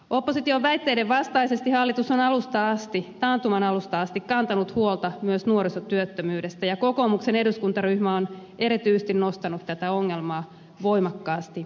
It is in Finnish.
opposition väitteiden vastaisesti hallitus on taantuman alusta asti kantanut huolta myös nuorisotyöttömyydestä ja kokoomuksen eduskuntaryhmä on erityisesti nostanut tätä ongelmaa voimakkaasti esille